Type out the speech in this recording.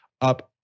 up